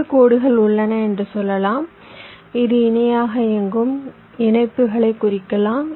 2 கோடுகள் உள்ளன என்று சொல்லலாம் இது இணையாக இயங்கும் இணைப்புகளைக் குறிக்கலாம்